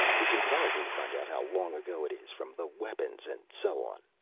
we can probably find out how long ago it is from the weapons and so on.